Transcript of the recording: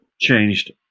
changed